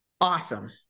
awesome